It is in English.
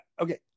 okay